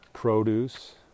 produce